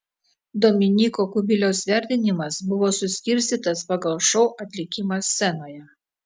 dominyko kubiliaus vertinimas buvo suskirstytas pagal šou atlikimą scenoje